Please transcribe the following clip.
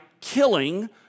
killing